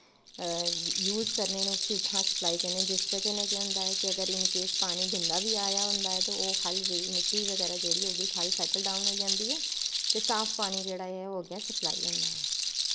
use करने न अस उत्थां उसी सपलाई करने जिस बजह कन्नै केह् होंदा ऐ कि इन केस ' पानी गंदा बी आया होंदा ऐ ते ओह् ख'ल्ल जेह्ड़ी मिट्टी बगैरा होगी ख'ल्ल सैटल डाऊन होई जंदी ऐ ते साफ पानी ऐ जेह्ड़ा ओह् अग्गैं स्पलाई होंदा ऐ